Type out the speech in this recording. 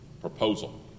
proposal